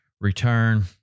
return